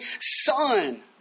son